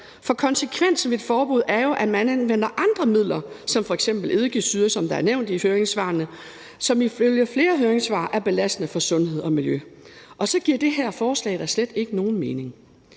for konsekvensen ved et forbud er jo, at man anvender andre midler som f.eks. eddikesyre, som der er nævnt i høringssvarene, og som ifølge flere høringssvar er belastende for sundhed og miljø, og så giver det her forslag da slet ikke nogen mening.